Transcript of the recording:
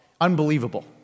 unbelievable